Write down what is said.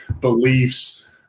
beliefs